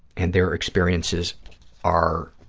and their experiences are